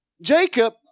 Jacob